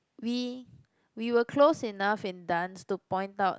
we we were close enough in dance to point out